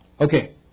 Okay